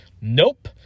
Nope